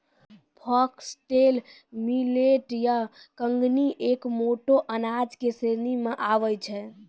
foxtail millet या कंगनी एक मोटो अनाज के श्रेणी मॅ आबै छै